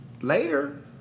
Later